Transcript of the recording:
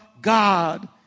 God